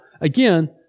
again